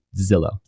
Zillow